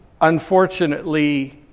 unfortunately